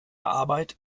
arbeit